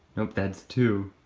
nope, that's two.